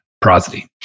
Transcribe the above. prosody